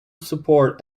support